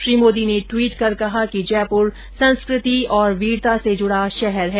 श्री मोदी ने ट्वीट कर कहा कि जयपुर संस्कृति और वीरता से जुडा शहर है